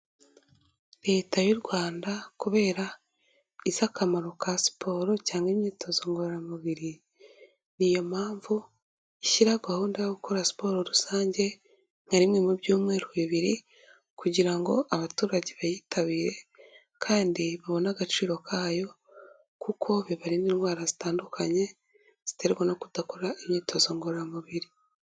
Leta y'u Rwanda kubera izi akamaro ka siporo cyangwa imyitozo ngororamubiri niyo mpamvu ishyiraraho gahunda yo gukora siporo rusange nka rimwe mu byumweru bibiri kugira ngo abaturage bayitabire kandi babone agaciro kayo kuko bibarinda indwara zitandukanye ziterwa no kudakora imyitozo ngororamubiri